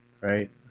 right